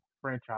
franchise